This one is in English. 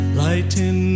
lighten